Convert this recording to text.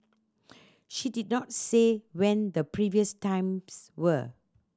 she did not say when the previous times were